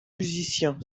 musicien